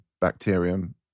bacterium